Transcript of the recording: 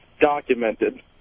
Documented